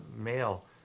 male